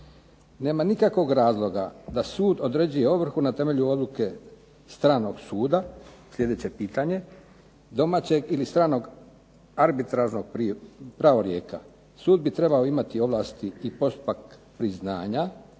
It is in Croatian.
Nema nikakvog razloga da sud određuje ovrhu na temelju odluke stranog suda, sljedeće pitanje, domaćeg ili stranog arbitražnog pravorijeka. Sud bi trebao imati ovlasti i postupak priznanja